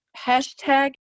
hashtag